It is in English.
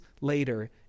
later